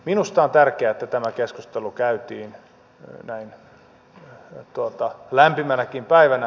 minusta on tärkeää että tämä keskustelu käytiin näin lämpimänäkin päivänä